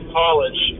college